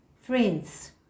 Friends